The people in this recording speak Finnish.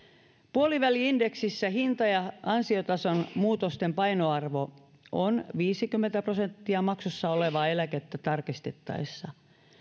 puoliväli indeksissä hinta ja ansiotason muutosten painoarvo on viisikymmentä prosenttia maksussa olevaa eläkettä tarkistettaessa